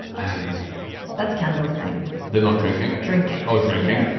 and that's kendall's thing they're not drinking drinking oh drinking.